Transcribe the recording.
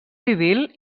civil